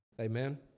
Amen